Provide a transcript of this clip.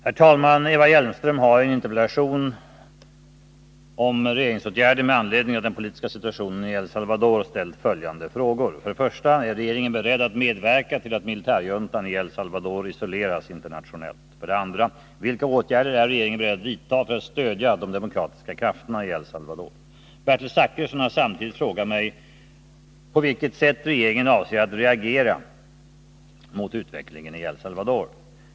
Herr talman! Eva Hjelmström hari en interpellation om regeringsåtgärder med anledning av den politiska situationen i El Salvador ställt följande frågor: 1. Är regeringen beredd att medverka till att militärjuntan i El Salvador isoleras internationellt? Bertil Zachrisson har samtidigt frågat mig på vilket sätt regeringen avser att reagera mot utvecklingen i El Salvador.